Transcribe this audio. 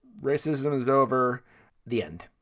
racism is over the end